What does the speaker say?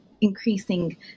increasing